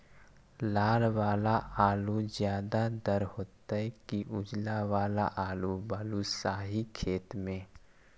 लाल वाला आलू ज्यादा दर होतै कि उजला वाला आलू बालुसाही खेत में?